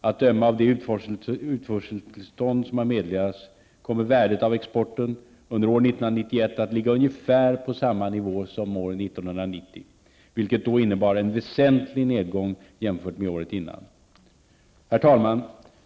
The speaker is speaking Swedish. Att döma av de utförseltillstånd som har meddelats kommer värdet av exporten under år 1991 att ligga ungefär på samma nivå som år 1990, vilket då innebar en väsentlig nedgång jämfört med året innan. Herr talman!